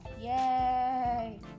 Yay